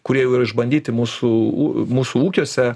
kurie jau yra išbandyti mūsų mūsų ūkiuose